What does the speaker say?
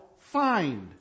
find